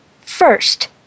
First